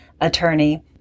attorney